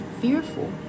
fearful